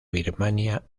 birmania